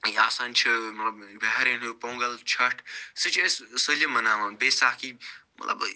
یہِ آسَن چھُ مطلب بِہاریٚن ہُنٛد پونگَل چھَٹھ سُہ چھِ أسۍ سٲلِم مناوان بیساکھی مطلب